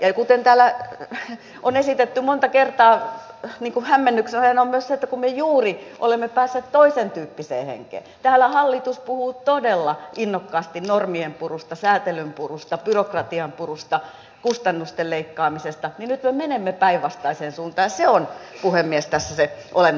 kuten täällä on esitetty monta kertaa hämmennyksenä on myös se että kun me juuri olemme päässeet toisentyyppiseen henkeen eli täällä hallitus puhuu todella innokkaasti normien purusta säätelyn purusta byrokratian purusta kustannusten leikkaamisesta niin nyt me menemme päinvastaiseen suuntaan ja se on puhemies tässä se olennainen seikka